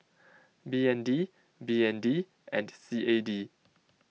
B N D B N D and C A D